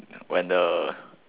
when the